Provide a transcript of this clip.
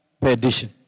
perdition